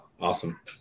Awesome